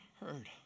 heard